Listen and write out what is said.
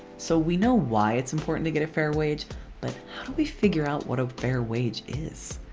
so we know why it's important to get a fair wage but how do we figure out what a fair wage is?